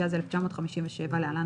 התשי"ז-1957 (להלן,